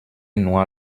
nur